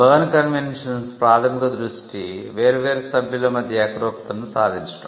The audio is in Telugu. బెర్న్ కన్వెన్షన్స్ ప్రాధమిక దృష్టి వేర్వేరు సభ్యుల మధ్య ఏకరూపతను సాదించడం